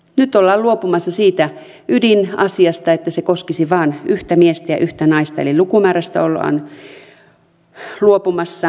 nyt ollaan luopumassa siitä ydinasiasta että se koskisi vain yhtä miestä ja yhtä naista eli lukumäärästä ollaan luopumassa